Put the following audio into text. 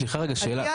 סליחה רגע שאלה,